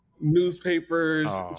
newspapers